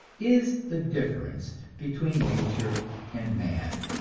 is the difference between nature and man?